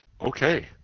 Okay